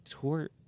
tour